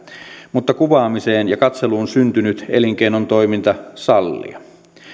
mutta kuvaamiseen ja katseluun syntynyt elinkeinotoiminta sallia